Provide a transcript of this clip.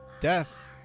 death